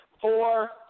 four